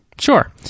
Sure